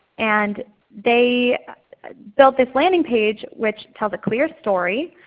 and they built this landing page which tells a clear story.